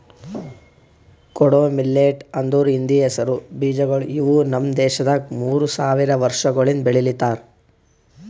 ಕೊಡೋ ಮಿಲ್ಲೆಟ್ ಅಂದುರ್ ಹಿಂದಿ ಹೆಸರು ಬೀಜಗೊಳ್ ಇವು ನಮ್ ದೇಶದಾಗ್ ಮೂರು ಸಾವಿರ ವರ್ಷಗೊಳಿಂದ್ ಬೆಳಿಲಿತ್ತಾರ್